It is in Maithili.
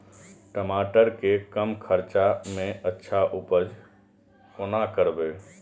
टमाटर के कम खर्चा में अच्छा उपज कोना करबे?